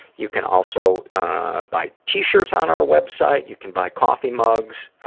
you can also buy t-shirts on our websites, you can buy coffee mugs.